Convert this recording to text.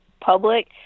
public